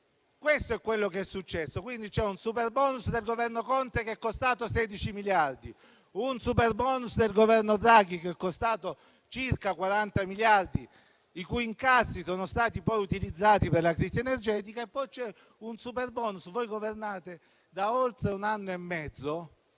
Questo è ciò che è successo. Quindi c'è un superbonus del Governo Conte che è costato 16 miliardi, un superbonus del Governo Draghi che è costato circa 40 miliardi, i cui incassi sono stati poi utilizzati per la crisi energetica, e poi c'è un superbonus - voi governate da oltre un anno e mezzo